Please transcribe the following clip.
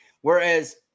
Whereas